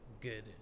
good